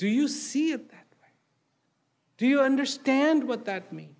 do you see it do you understand what that me